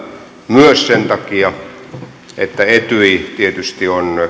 myös sen takia että etyj tietysti on